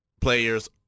players